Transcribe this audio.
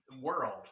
world